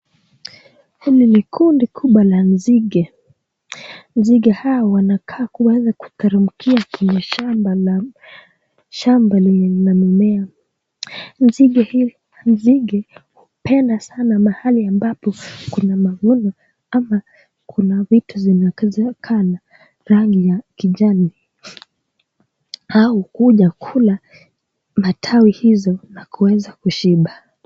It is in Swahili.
Hili ni kundi kubwa la nzige . Nzige hawa wanakaa kuteremkia lwenye shamba lenye lina mimea . Nzige hizi, nzige hupenda mahali ambapo kuna mavuno ama kuna vitu zinaonekana rangi ya kijani au kuja kula matawi hizo na kuweza kushiba.